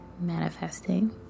manifesting